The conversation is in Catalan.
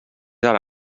ara